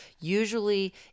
usually